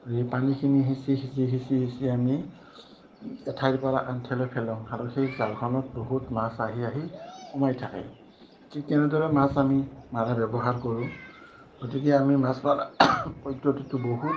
সেই পানীখিনি সিঁচি সিঁচি সিঁচি সিঁচি আমি এঠাইৰপৰা আন ঠাইলৈ ফেলোওঁ আৰু সেই জালখনত বহুত মাছ আহি আহি সোমাই থাকে ঠিক তেনেদৰে মাছ আমি মাৰা ব্যৱহাৰ কৰোঁ গতিকে আমি মাছ মাৰা পদ্ধতিটো বহুত